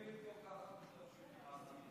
במודיעין עילית גם ככה משתמשים בתחבורה ציבורית.